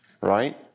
right